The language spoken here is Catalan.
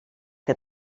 que